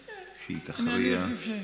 שהיא תכריע.